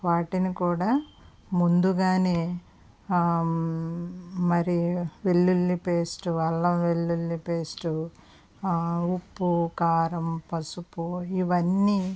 వాటిని కూడా ముందుగానే ఆ మరి వెల్లుల్లి పేస్టు అల్లం వెల్లుల్లి పేస్టు ఆ ఉప్పు కారం పసుపు ఇవన్నీ